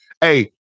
Hey